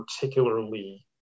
particularly